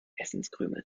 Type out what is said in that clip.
essenskrümeln